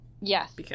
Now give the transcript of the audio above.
yes